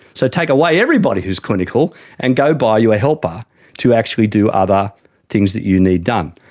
so take away everybody who's clinical and go buy you a helper to actually do other things that you need done.